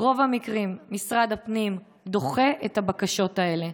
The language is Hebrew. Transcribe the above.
ברוב המקרים משרד הפנים דוחה את הבקשות האלה.